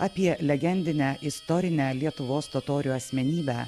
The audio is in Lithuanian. apie legendinę istorinę lietuvos totorių asmenybę